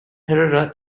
herrera